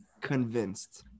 convinced